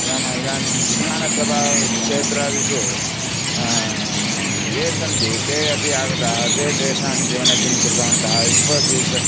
नाम इदानीं विधानसभाक्षेत्रादिषु ये सन्ति ते अपि आगताः ते तेषां जीवने किं कृतवन्तः इन्फफ़ोसीस्